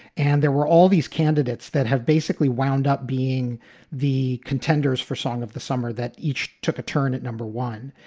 and there were all these candidates that have basically wound up being the contenders for song of the summer that each took a turn at number one,